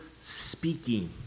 speaking